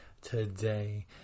today